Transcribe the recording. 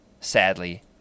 Sadly